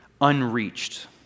unreached